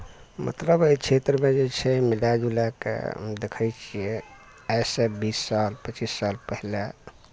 मतलब एहि क्षेत्र मे जे छै मिला जुलाए कऽ देखै छियै आइसँ बीस साल पचीस साल पहिले